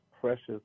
precious